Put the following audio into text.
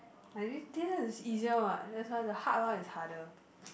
like this this is easier what that's why the hard one is harder